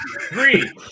three